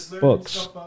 books